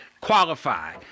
qualify